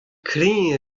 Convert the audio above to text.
kreñv